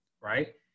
right